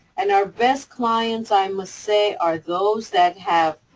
and our best clients, i must say, are those that have,